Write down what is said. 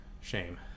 shame